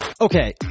Okay